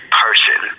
person